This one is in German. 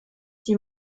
die